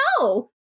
No